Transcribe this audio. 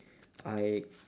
I